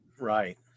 Right